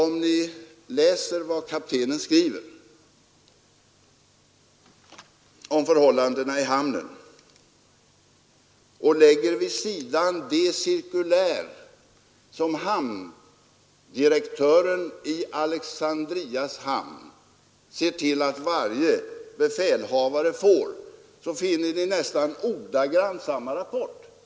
Om ni vid sidan av det som kaptenen talar om beträffande förhållandena i hamnen lägger det cirkulär som hamndirektören i Alexandrias hamn ser till att varje befälhavare får, finner ni nästan ordagrant samma uppgifter.